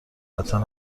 قطعا